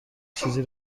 چیزی